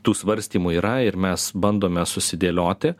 tų svarstymų yra ir mes bandome susidėlioti